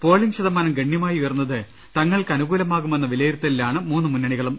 polling ശത മാനം ഗണ്യമായി ഉയർന്നത് തങ്ങൾക്ക് അനുകൂലമാകുമെന്ന വിലയിരുത്തലിലാണ് മൂന്നു മുന്നണികളും